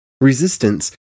Resistance